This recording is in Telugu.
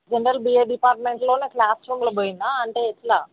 జనరల్ బిఏ డిపార్ట్మెంట్లోనే క్లాస్రూమ్లో పోయిందా అంటే ఎట్లా